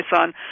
on